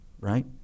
right